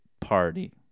party